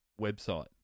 website